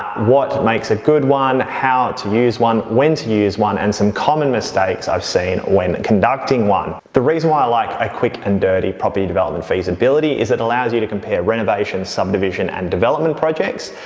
what makes a good one, how to use one, when to use one, and some common mistakes i've seen when conducting one. the reason why i like a quick and dirty property development feasibility is it allows you to compare renovations, subdivision, and development projects,